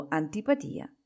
antipatia